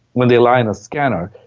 when they lie in a scanner,